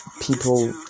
people